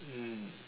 mm